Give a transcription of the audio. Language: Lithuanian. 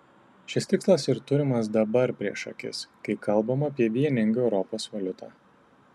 šis tikslas ir turimas dabar prieš akis kai kalbama apie vieningą europos valiutą